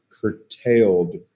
curtailed